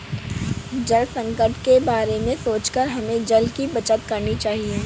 जल संकट के बारे में सोचकर हमें जल की बचत करनी चाहिए